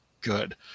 good